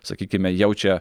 sakykime jaučia